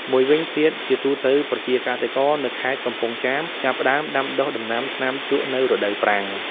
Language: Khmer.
មួយវិញទៀត ជាទូទៅ ប្រជាកសិករនៅខេត្តកំពង់ចាមចាប់ផ្ដើមដាំដុះដំណាំថ្នាំជក់នៅ រដូវប្រាំង។